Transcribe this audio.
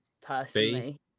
personally